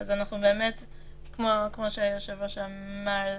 כמו שהיושב ראש אמר,